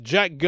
Jack